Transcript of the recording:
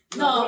no